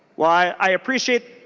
while i appreciate